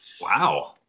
Wow